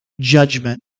judgment